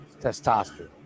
Testosterone